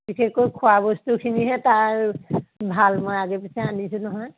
বিশেষকৈ খোৱা বস্তুখিনিহে তাৰ ভাল মই আগে পিছে আনিছোঁ নহয়